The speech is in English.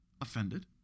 offended